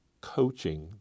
coaching